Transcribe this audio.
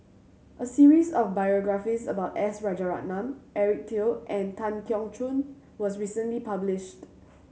a series of biographies about S Rajaratnam Eric Teo and Tan Keong Choon was recently published